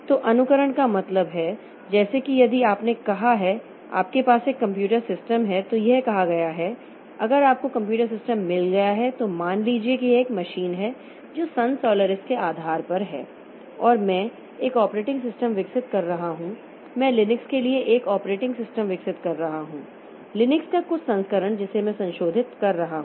तो अनुकरण का मतलब है जैसे कि यदि आपने कहा है आपके पास एक कंप्यूटर सिस्टम है तो यह कहा गया है अगर आपको कंप्यूटर सिस्टम मिल गया है तो मान लीजिए कि यह एक मशीन है जो सन सोलारिस के आधार पर है और मैं एक ऑपरेटिंग सिस्टम विकसित कर रहा हूं मैं लिनक्स के लिए एक ऑपरेटिंग सिस्टम विकसित कर रहा हूं लिनक्स का कुछ संस्करण जिसे मैं संशोधित कर रहा हूं